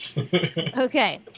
Okay